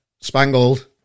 Spangled